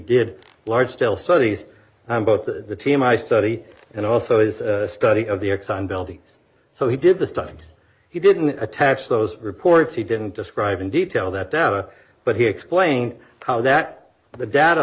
did large scale studies and both the team i study and also as a study of the exxon buildings so he did this time he didn't attach those reports he didn't describe in detail that data but he explained how that the data